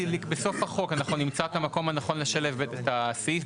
אנחנו נמצא את המקום הנכון לשלב את הסעיף.